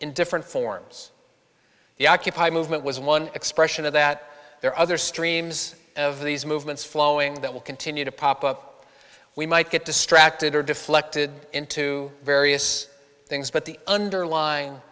in different forms the occupy movement was one expression of that there are other streams of these movements flowing that will continue to pop up we might get distracted or deflected into various things but the underlying